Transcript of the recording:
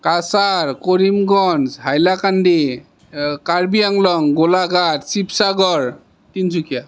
Cachar Karimganj Hailakandi Karbi Anglong Golaghat Sivasagar Tinsukia